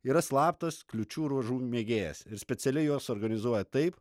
yra slaptas kliūčių ruožų mėgėjas ir specialiai juos organizuoja taip